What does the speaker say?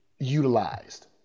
utilized